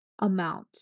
amount